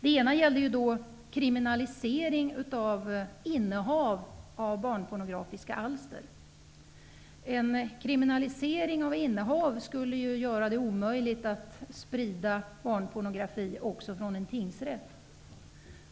En gällde kriminalisering av innehav av barnpornografiska alster. En kriminalisering av innehav skulle ju göra det omöjligt att sprida barnpornografi också från en tingsrätt.